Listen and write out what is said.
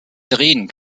drehen